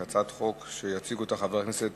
הצעת חוק שיציג אותה חבר הכנסת